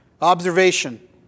Observation